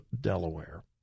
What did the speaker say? Delaware